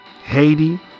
Haiti